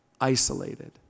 isolated